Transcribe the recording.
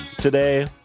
today